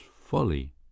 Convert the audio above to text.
folly